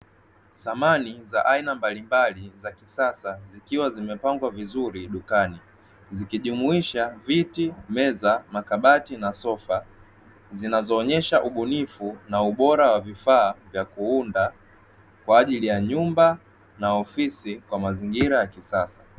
Samani za aina mbalimbali za kisasa zikiwa zimepangwa vizuri dukani vikijumuisha viti, meza, makabati na sofa zinazoonyesha ubunifu na ubora wa vifaa vya kuunda kwa ajili ya nyumba na ofisi kwa mazingira ya kisasa.